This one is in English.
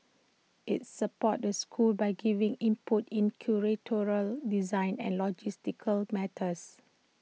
IT supports the schools by giving input in curatorial design and logistical matters